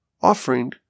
offering